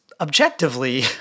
objectively